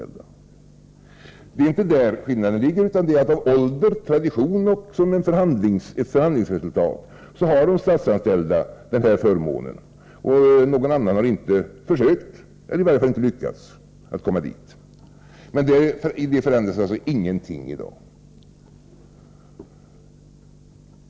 Det är alltså inte där skillnaden ligger, utan av ålder och tradition samt som ett förhandlingsresultat har statsanställda den här förmånen. Någon annan har inte försökt, eller i varje fall inte lyckats, att komma dit. Men i detta ändras alltså ingenting i dag.